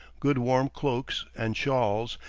good warm cloaks and shawls,